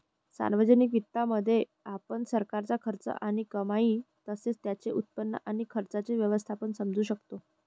सार्वजनिक वित्तामध्ये, आपण सरकारचा खर्च आणि कमाई तसेच त्याचे उत्पन्न आणि खर्चाचे व्यवस्थापन समजू शकतो